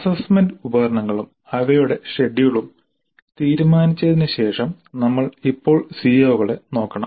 assessment ഉപകരണങ്ങളും അവയുടെ ഷെഡ്യൂളും തീരുമാനിച്ചതിന് ശേഷം നമ്മൾ ഇപ്പോൾ സിഒകളെ നോക്കണം